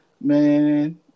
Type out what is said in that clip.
Man